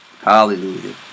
Hallelujah